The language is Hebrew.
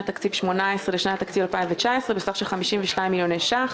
התקציב 2018 לשנת התקציב 2019 בסך של 52 מיליון שקלים,